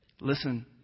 Listen